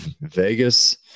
Vegas